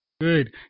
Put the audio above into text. good